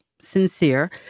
Sincere